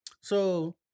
So-